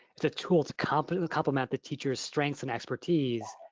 it's a tool to complement complement the teacher's strengths and expertise,